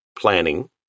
Planning